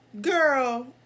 Girl